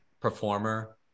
performer